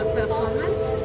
performance